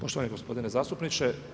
Poštovani gospodine zastupniče.